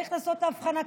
צריך לעשות את ההבחנה,